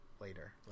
later